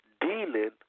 dealing